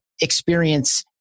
experience